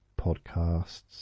podcasts